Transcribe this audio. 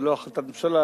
זאת לא החלטת ממשלה,